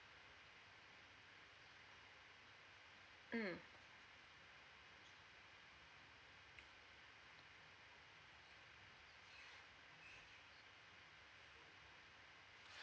mm